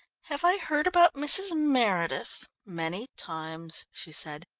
have i heard about mrs. meredith? many times, she said.